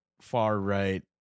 far-right